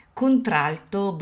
contralto